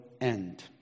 end